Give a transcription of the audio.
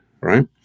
Right